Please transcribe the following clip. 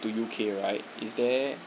to U_K right is there